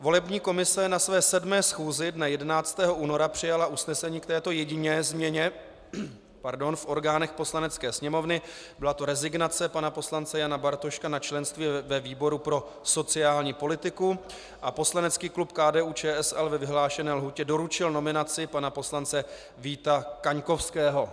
Volební komise na své 7. schůzi dne 11. února přijala usnesení k této jediné změně v orgánech Poslanecké sněmovny, byla to rezignace pana poslance Jana Bartoška na členství ve výboru pro sociální politiku, a poslanecký klub KDUČSL ve vyhlášené lhůtě doručil nominaci pana poslance Víta Kaňkovského.